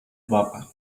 папа